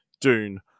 Dune